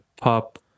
pop